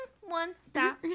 one-stop